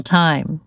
time